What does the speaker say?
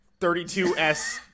32S